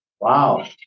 Wow